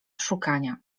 szukania